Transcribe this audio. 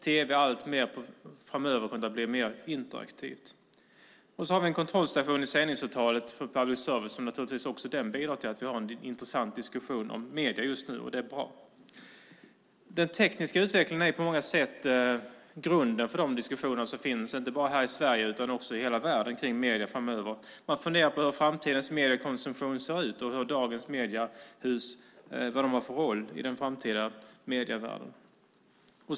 Tv kommer framöver att bli alltmer interaktivt. Sedan har vi en kontrollstation i sändningsavtalet för public service-företagen som bidrar till den intressanta diskussionen om medierna just nu. Det är bra. Den tekniska utvecklingen är på många sätt grunden för diskussionerna inte bara i Sverige utan i hela världen om medierna framöver. Man funderar på hur framtidens mediekonsumtion kommer att se ut och vilken roll dagens mediehus kommer att ha i den framtida medievärlden.